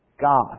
God